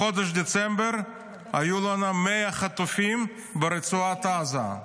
בחודש דצמבר היו לנו 100 חטופים ברצועת עזה.